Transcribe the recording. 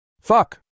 Fuck